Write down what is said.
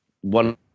one